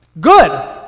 Good